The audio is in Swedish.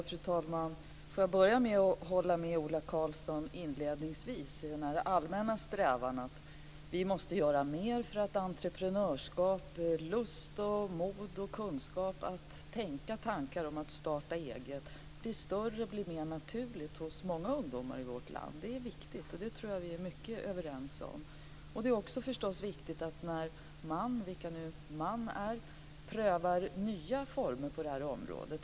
Fru talman! Jag börjar med att hålla med Ola Karlsson inledningsvis i hans allmänna strävan. Vi måste göra mer för att entreprenörskap, lust, mod, kunskap och tankar om att starta eget blir större och mer naturligt hos många ungdomar i vårt land. Det är viktigt, och det tror jag att vi är överens om. Det är förstås också viktigt att man - vilka nu man är - prövar nya former på det här området.